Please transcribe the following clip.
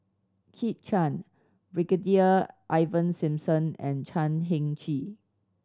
Kit Chan Brigadier Ivan Simson and Chan Heng Chee